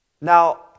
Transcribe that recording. Now